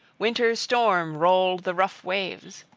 winter's storm rolled the rough waves.